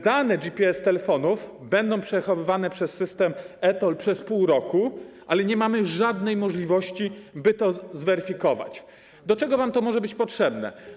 Dane GPS telefonów będą przechowywane przez system e-TOLL przez pół roku, ale nie mamy już żadnej możliwości, by zweryfikować, do czego wam to może być potrzebne.